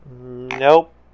Nope